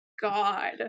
god